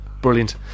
Brilliant